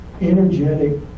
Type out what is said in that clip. energetic